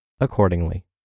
accordingly